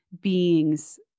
beings